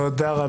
תודה.